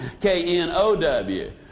K-N-O-W